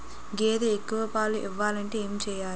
గేదె ఎక్కువ పాలు ఇవ్వాలంటే ఏంటి చెయాలి?